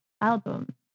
album